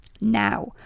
Now